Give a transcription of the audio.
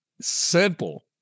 simple